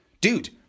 Dude